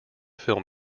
film